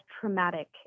traumatic